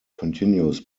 continues